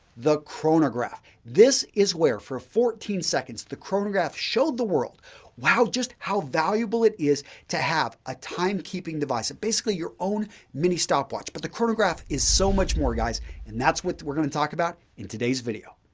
the chronograph. this is where for fourteen seconds, the chronograph showed the world wow just how valuable it is to have a time-keeping device basically your own mini stopwatch. but the chronograph is so much more guys and that's what we're going to talk about in today's video.